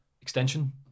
extension